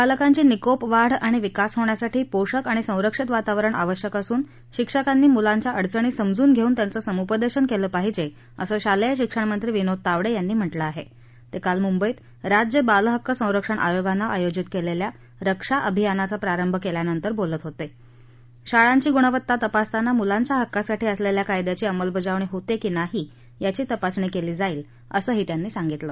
बालकांची निकोप वाढ आणि विकास होण्यासाठी पोषक आणि संरक्षित वातावरण आवश्यक असून शिक्षकांनी मुलांच्या अडचणी समजून घेस्तिन त्यांचं समूपदध्यांचं कळे पाहिज असं शालग्रंशिक्षण मंत्री विनोद तावडखीनी म्हटलं आह त्रिक्रील मुंबईत राज्य बाल हक्क संरक्षण आयोगा आयोजित क्विंख्या रक्षा अभियानाचा प्रारंभ क्विमानंतर बोलत होत शाळांची गुणवत्ता तपासताना मुलांच्या हक्कासाठी असलल्खा कायद्याची अंमलबजावणी होतक्री नाही याची तपासणी क्ली जाईल असं त्यांनी सांगितलं